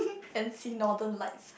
and see northern lights